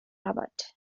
robot